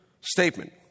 statement